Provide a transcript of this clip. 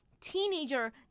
teenager